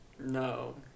No